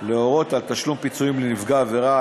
להורות על תשלום פיצויים לנפגע העבירה,